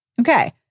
Okay